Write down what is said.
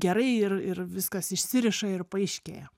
gerai ir ir viskas išsiriša ir paaiškėja